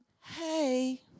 Hey